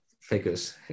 figures